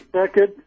second